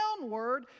downward